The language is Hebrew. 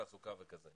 תעסוקה וכולי.